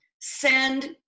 send